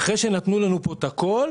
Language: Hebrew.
אחרי שנתנו לנו פה את הכול,